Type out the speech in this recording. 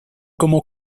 como